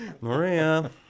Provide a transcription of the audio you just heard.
Maria